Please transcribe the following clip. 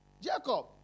Jacob